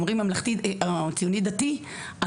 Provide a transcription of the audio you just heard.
או ציוני דתי,